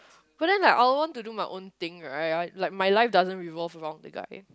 but then like I will want to do my own thing right I~ like my life doesn't revolve around the guy